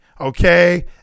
okay